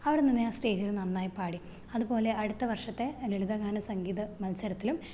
അവിടെ നിന്ന് ഞാന് സ്റ്റേജിൽ നന്നായി പാടി അതുപോലെ അടുത്ത വര്ഷത്തെ ലളിതഗാനം സംഗീത മത്സരത്തിലും